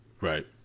Right